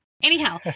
Anyhow